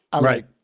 Right